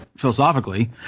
philosophically